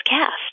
cast